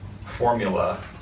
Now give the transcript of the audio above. formula